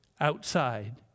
outside